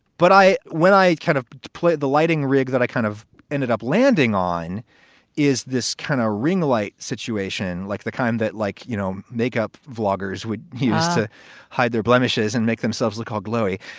but i when i kind of play the lighting rig that i kind of ended up landing on is this kind of ringa light situation like the kind that like, you know, makeup, floggers. wood used to hide their blemishes and make themselves look all gluey.